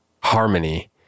harmony